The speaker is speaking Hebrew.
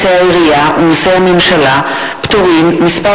מסי העירייה ומסי הממשלה (פטורין) (מס'